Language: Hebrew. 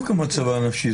לאו דווקא מצבה הנפשי.